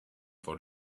for